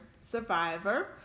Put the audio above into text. survivor